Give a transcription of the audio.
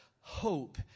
hope